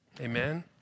Amen